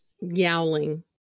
yowling